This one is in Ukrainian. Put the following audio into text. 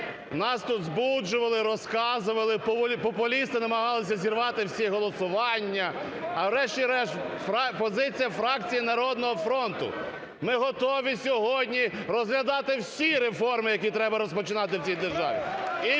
нас тут збуджували, розказували, популісти намагалися зірвати всі голосування. А врешті-решт позиція фракції "Народного фронту", ми готові сьогодні розглядати всі реформи, які треба розпочинати в цій державі